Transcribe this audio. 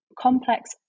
complex